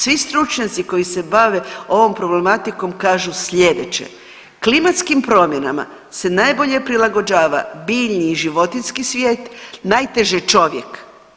Svi stručnjaci koji se bave ovom problematikom kažu sljedeće, klimatskim promjenama se najbolje prilagođava biljni i životinjski svijet, najteže čovjek.